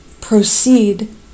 proceed